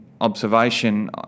observation